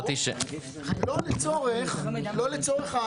--- לא לצורך ה